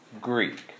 Greek